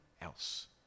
else